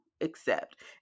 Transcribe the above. accept